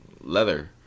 leather